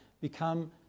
become